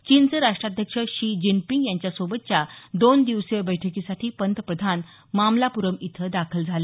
चीनचे राष्टाध्यक्ष Xi Jinping यांच्यासोबतच्या दोन दिवसीय बैठकीसाठी पंतप्रधान मामलापुरम इथं दाखल झाले